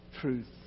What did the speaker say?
truth